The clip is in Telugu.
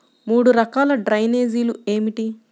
మూడు రకాల డ్రైనేజీలు ఏమిటి?